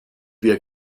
wir